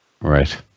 Right